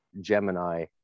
Gemini